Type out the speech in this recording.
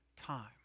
time